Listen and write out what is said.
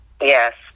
Yes